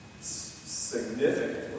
Significantly